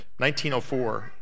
1904